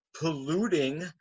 polluting